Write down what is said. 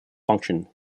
function